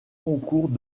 concours